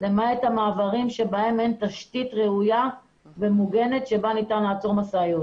למעט המעברים בהם אין תשתית ראויה ומוגנת בה ניתן לעצור משאיות.